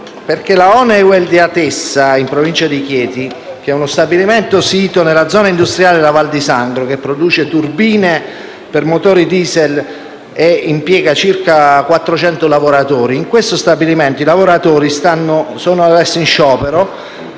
Presidente, Honeywell di Atessa, in provincia di Chieti, è uno stabilimento sito nella zona industriale della Val di Sangro. Produce turbine per motori diesel e impiega circa 400 lavoratori. In tale stabilimento i lavoratori sono in sciopero